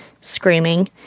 screaming